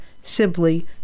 simply